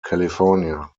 california